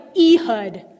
ehud